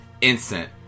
Instant